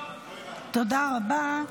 תודה רבה.